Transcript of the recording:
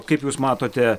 kaip jūs matote